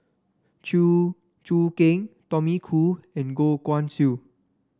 Chew Choo Keng Tommy Koh and Goh Guan Siew